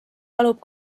palub